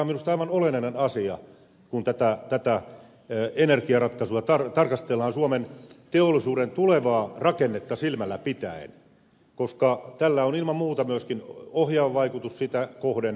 tämä on minusta aivan olennainen asia kun tätä energiaratkaisua tarkastellaan suomen teollisuuden tulevaa rakennetta silmällä pitäen koska tällä on ilman muuta myöskin ohjaava vaikutus sitä kohden